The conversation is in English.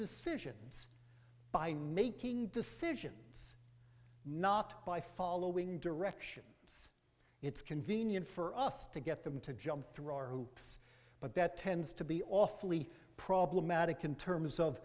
decisions by making decisions not by following direction it's convenient for us to get them to jump through hoops but that tends to be awfully problematic in terms of